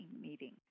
meeting